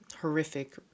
horrific